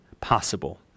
possible